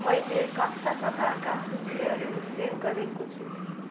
मैले कस्ता प्रकारका सूचीहरू सेभ गरेको छु